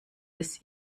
des